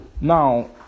Now